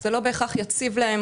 זה לא בהכרח יציב להם